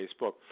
Facebook